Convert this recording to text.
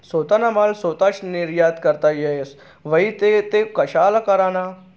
सोताना माल सोताच निर्यात करता येस व्हई ते तो कशा कराना?